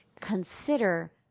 consider